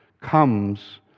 comes